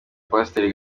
pasiteri